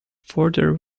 further